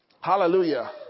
Hallelujah